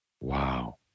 Wow